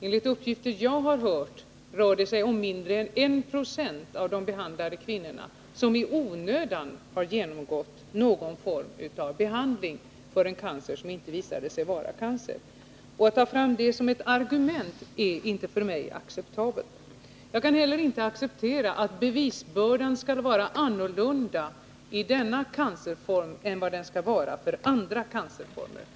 Enligt uppgifter som jag har är det mindre än 1 96 av de behandlade kvinnorna som i onödan genomgått någon form av behandling för cancer, dvs. i fall där det sedan visat sig inte vara fråga om cancer. Att ta fram detta som ett argument är inte för mig acceptabelt. Jag kan inte heller acceptera att bevisbördan skall vara annorlunda i denna cancerform än för andra cancerformer.